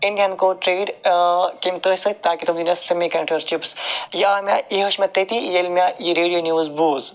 اِنڈیَہَن کوٚر ٹریڈ سۭتۍ تاکہ تم دِنۍ اسہِ سیمی کنڈَکٹر چپٕس یہِ آو مےٚ یہِ ہیوٚچھ مےٚ تٔتے ییٚلہِ مےٚ یہِ ریڈیو نِوٕز بوٗز